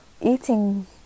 eating